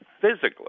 physically